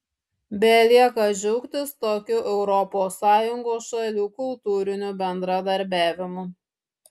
belieka džiaugtis tokiu europos sąjungos šalių kultūriniu bendradarbiavimu